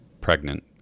pregnant